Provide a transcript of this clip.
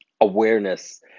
awareness